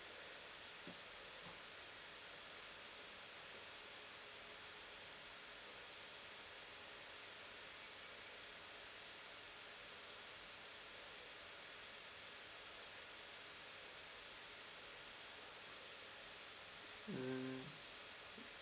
mm